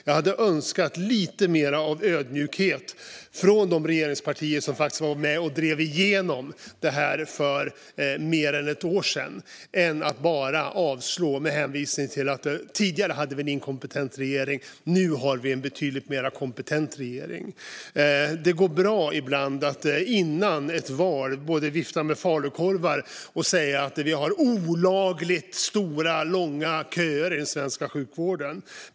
Jag hade önskat lite mer av ödmjukhet från de regeringspartier som faktiskt var med och drev igenom det här för mer än ett år sedan än att bara avslå det med hänvisning till att vi tidigare hade en inkompetent regering och att vi nu har en betydligt mer kompetent regering. Det går bra ibland att före ett val både vifta med falukorvar och säga att vi har olagligt långa köer i den svenska sjukvården.